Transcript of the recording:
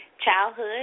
childhood